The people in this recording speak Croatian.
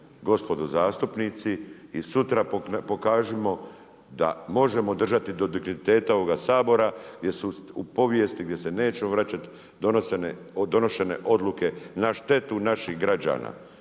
gospodo zastupnici i sutra pokažimo da možemo držati do digniteta ovoga Sabora gdje su u povijesti, gdje se nećemo vraćati, donošenje odluke na štetu naših građana